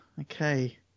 okay